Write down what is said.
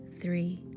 three